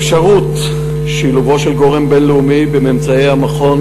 אפשרות שילובו של גורם בין-לאומי בממצאי המכון